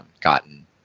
gotten